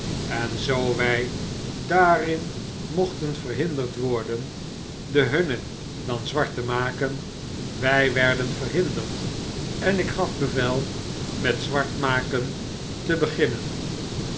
en zoo wy daarin mochten verhinderd worden de hunne dan zwart te maken wij werden verhinderd en ik gaf bevel met zwartmaken te beginnen